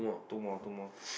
two more two more